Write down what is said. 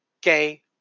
gay